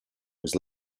was